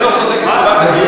זה לא סודק את חובת הגיוס?